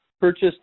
purchased